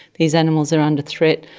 these animals are under threat,